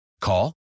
Call